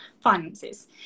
finances